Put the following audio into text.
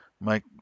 Mike